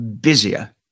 busier